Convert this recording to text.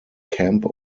camp